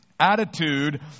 attitude